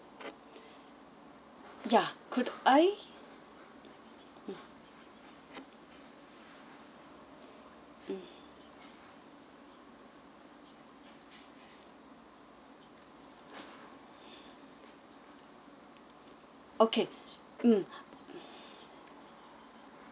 ya could I mm okay mm